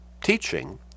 teaching